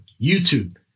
YouTube